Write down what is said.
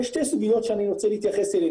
יש שתי סוגיות שאני ארצה להתייחס אליהן.